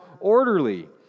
orderly